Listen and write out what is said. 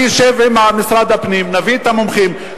אני אשב עם משרד הפנים, נביא את המומחים.